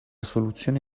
soluzione